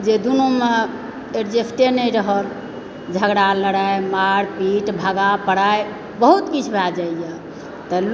जे दुनुमे एडजेस्टे नहि रहल झगड़ा लड़ाई मार पीट भागा पड़ै बहुत किछु भए जाइए तऽ लोक